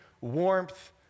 warmth